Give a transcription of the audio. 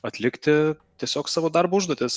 atlikti tiesiog savo darbo užduotis